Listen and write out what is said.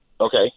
Okay